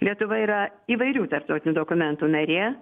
lietuva yra įvairių tarptautinių dokumentų narė